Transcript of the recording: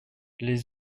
les